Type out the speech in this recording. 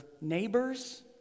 neighbors